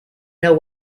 know